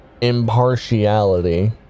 impartiality